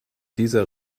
dieser